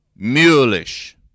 Muleish